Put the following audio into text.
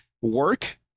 work